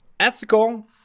ethical